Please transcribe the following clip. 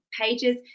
pages